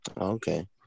Okay